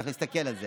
צריך להסתכל על זה.